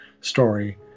story